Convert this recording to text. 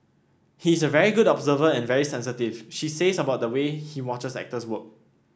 he is a very good observer and very sensitive she says about the way he watches actors work